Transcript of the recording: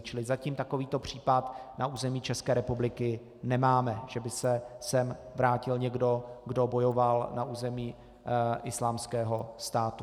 Čili zatím takovýto případ na území České republiky nemáme, že by se sem vrátil někdo, kdo bojoval na území Islámského státu.